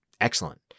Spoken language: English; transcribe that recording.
excellent